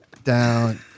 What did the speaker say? down